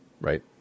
right